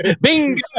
Bingo